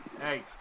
Hey